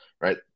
right